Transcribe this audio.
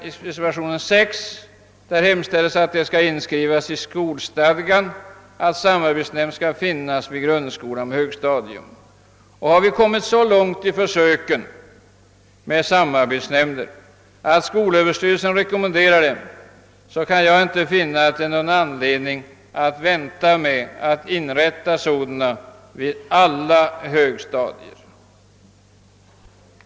I reservationen 6 hemställes att det i skolstadgan skall inskrivas att samarbetsnämnd skall finnas vid grundskola med högstadium. När vi nu har kommit så långt i försöken med samarbetsnämnder att skolöverstyrelsen rekommenderar dem, så kan jag inte finna att det finns någon anledning att vänta med att inrätta sådana i alla högstadier.